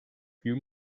few